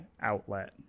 outlet